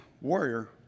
warrior